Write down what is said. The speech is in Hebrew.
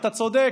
אתה צודק.